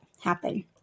happen